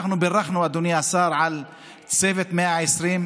העבירו אותן ממשרד הפנים למשרד האוצר.